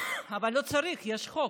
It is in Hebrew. אבל לא צריך, יש חוק.